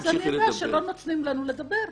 אז אני אדע שלא נותנים לנו לדבר.